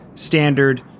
standard